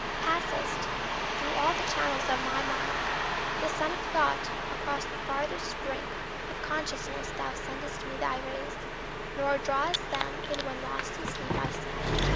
passest through all the channels of my mind the sun of thought, across the farthest brink of consciousness thou sendest me thy rays nor drawest them in when lost in sleep i sink.